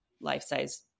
life-size